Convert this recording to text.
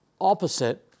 opposite